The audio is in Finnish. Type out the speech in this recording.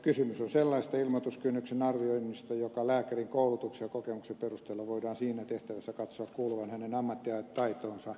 kysymys on sellaisesta ilmoituskynnyksen arvioinnista joka lääkärin koulutuksen ja kokemuksen perusteella voidaan siinä tehtävässä katsoa kuuluvan hänen ammattitaitoonsa